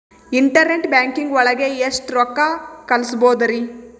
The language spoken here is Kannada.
ಇಂಟರ್ನೆಟ್ ಬ್ಯಾಂಕಿಂಗ್ ಒಳಗೆ ಎಷ್ಟ್ ರೊಕ್ಕ ಕಲ್ಸ್ಬೋದ್ ರಿ?